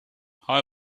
how